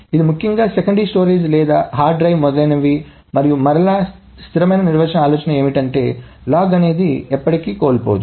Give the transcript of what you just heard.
ఇది ముఖ్యంగా secondary storage లేదా హార్డ్ డ్రైవ్ మొదలైనవి మరియు మరలా స్థిరమైన నిల్వ ఆలోచన ఏమిటంటే లాగ్ అనేది ఎప్పటికీ కోల్పోదు